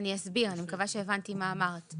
אני אסביר, אני מקווה שהבנתי מה אמרת,